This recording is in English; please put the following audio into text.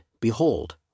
behold